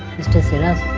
mr siras.